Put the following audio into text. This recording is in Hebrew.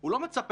אני יכול לדבר.